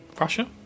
Russia